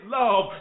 love